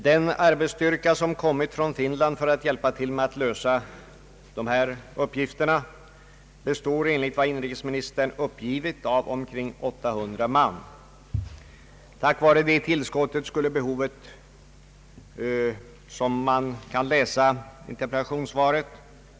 Den arbetsstyrka som kommit från Finland för att hjälpa till med att utföra nämnda uppgifter består, enligt vad inrikesministern uppgivit, av omkring 800 man. Tack vare det tillskottet skulle behovet nu vara fyllt, enligt interpellationssvaret.